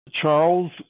Charles